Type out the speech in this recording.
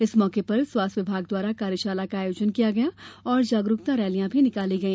इस मौके पर स्वास्थ्य विभाग द्वारा कार्यशाला का आयोजन किया गया और जागरूकता रैलियां भी निकाली गई